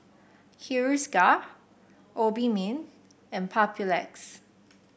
Hiruscar Obimin and Papulex